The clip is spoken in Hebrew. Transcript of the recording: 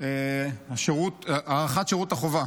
שירות החובה.